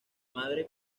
madre